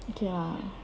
okay lah